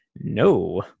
No